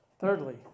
Thirdly